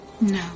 No